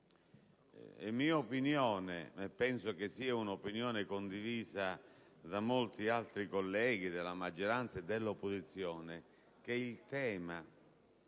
È mia opinione - e penso sia un'opinione condivisa da molti altri colleghi della maggioranza e dell'opposizione - che il tema